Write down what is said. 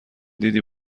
دیدی